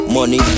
Money